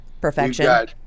Perfection